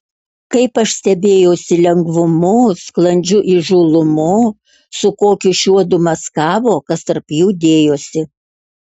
kaip aš stebėjausi lengvumu sklandžiu įžūlumu su kokiu šiuodu maskavo kas tarp jų dėjosi